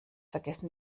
vergessen